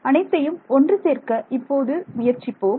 அனைத்தையும் ஒன்று சேர்க்க இப்போது முயற்சிப்போம்